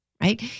right